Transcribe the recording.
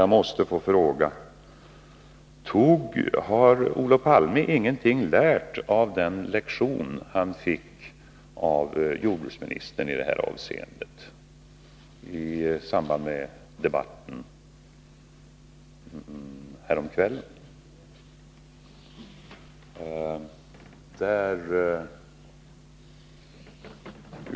Jag måste få fråga: Har Olof Palme ingenting lärt av den lektion han fick av jordbruksministern i det här avseendet i samband med debatten häromkvällen?